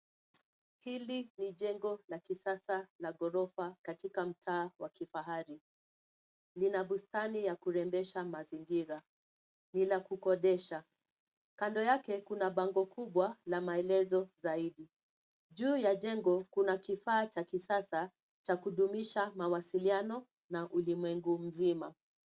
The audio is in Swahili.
Hili ni jengo la kisasa la ghorofa katika mtaa wa kifahari, lina bustani ya kurembesha mazingira, ni la kukodisha, kando yake kuna bango kubwa la maelezo zaidi, juu ya jengo kuna kifaa cha kisasa, cha kudumisha mawasiliano, na ulimwengu mzima.